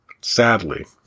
Sadly